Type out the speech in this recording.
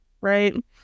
right